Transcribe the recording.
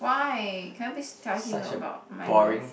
why can you please tell him about my love